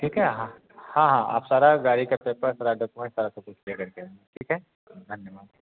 ठीक है हाँ हाँ आप सारा गाडी का पेपर ठीक है धन्यवाद